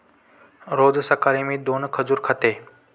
रोज सकाळी मी दोन खजूर खाते